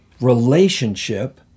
Relationship